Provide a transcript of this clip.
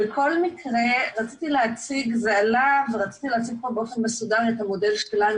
בכל מקרה זה עלה ורציתי להציג באופן מסודר את המודל שלנו,